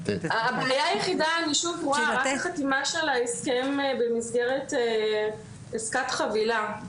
הבעיה היחידה, ההסכם במסגרת עסקת החבילה,